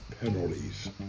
penalties